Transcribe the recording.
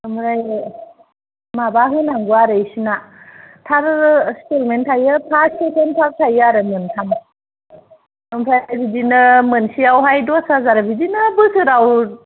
ओमफ्राय माबा होनांगौ आरो इसिना थार सेगमेन्ट थायो फार्स सेकेन्द थार्द थायो आरो मोनथाम ओमफ्राय बिदिनो मोनसे आवहाइ दस हाजार बिदिनो बोसोराव